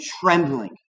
trembling